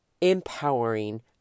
empowering